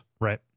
right